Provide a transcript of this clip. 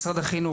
משרד האוצר,